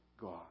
God